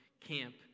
camp